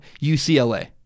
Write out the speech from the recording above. UCLA